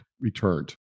returned